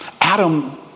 Adam